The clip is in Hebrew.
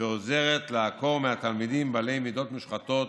שעוזרת לעקור מהתלמידים מידות מושחתות,